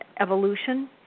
evolution